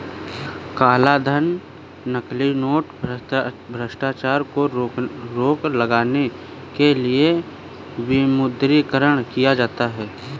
कालाधन, नकली नोट, भ्रष्टाचार पर रोक लगाने के लिए विमुद्रीकरण किया जाता है